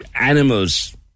animals